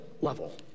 level